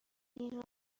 این